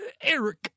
Eric